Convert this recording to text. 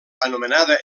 anomenada